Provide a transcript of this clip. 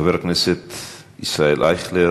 חבר הכנסת ישראל אייכלר,